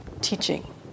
teaching